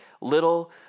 little